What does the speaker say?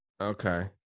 Okay